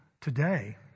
today